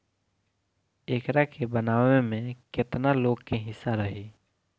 एकरा के बनावे में केतना लोग के हिस्सा रही